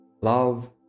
love